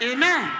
Amen